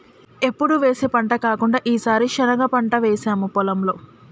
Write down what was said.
ఎప్పుడు వేసే పంట కాకుండా ఈసారి శనగ పంట వేసాము పొలంలో